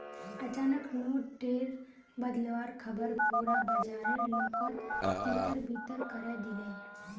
अचानक नोट टेर बदलुवार ख़बर पुरा बाजारेर लोकोत तितर बितर करे दिलए